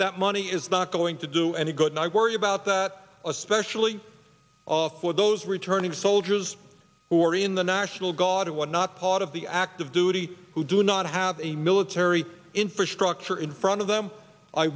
that money is not going to do any good and i worry about that especially for those returning soldiers who are in the national guard who was not part of the active duty who do not have a military infrastructure in front of them i